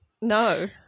No